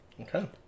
Okay